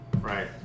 Right